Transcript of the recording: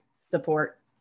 support